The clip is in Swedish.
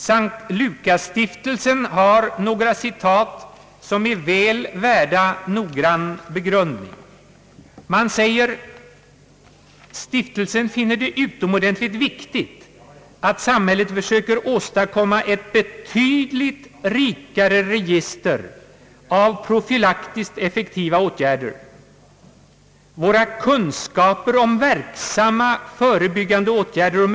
S:t Lukasstiftelsen gör några uttalanden som är väl värda noggrann begrundan. Den säger: »Stiftelsen finner det utomordentligt viktigt, att samhället försöker åstadkomma ett betydligt rikare register av profylaktiskt effektiva åtgärder. Våra kunskaper om verksam ma förebyggande åtgärder och.